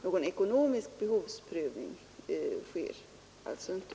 Någon ekonomisk behovsprövning sker alltså inte.